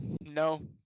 no